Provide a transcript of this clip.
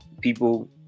people